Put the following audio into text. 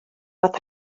fod